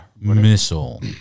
Missile